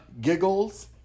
giggles